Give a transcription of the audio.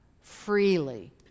freely